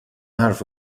حرف